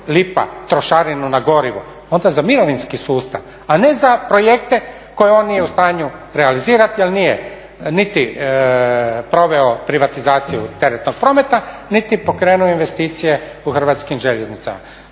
lipa trošarinu na gorivo onda za mirovinski sustav, a ne za projekte koje on nije u stanju realizirati je nije niti proveo privatizaciju teretnog prometa, niti pokrenuo investicije u Hrvatskim željeznicama.